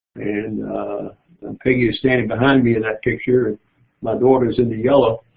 and and peggy was standing behind me in that picture and my daughter is in the yellow.